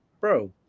bro